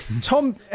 Tom